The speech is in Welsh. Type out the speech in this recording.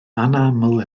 anaml